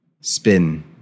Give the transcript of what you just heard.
spin